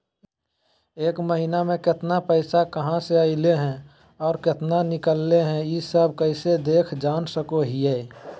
एक महीना में केतना पैसा कहा से अयले है और केतना निकले हैं, ई सब कैसे देख जान सको हियय?